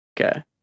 Okay